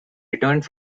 returned